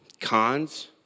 Cons